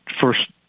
first